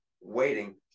waiting